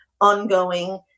ongoing